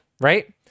right